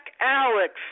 Alex